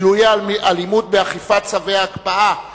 גילויי האלימות באכיפת צווי ההקפאה.